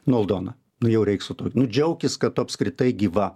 nu aldona nu jau reik su tuo džiaukis kad tu apskritai gyva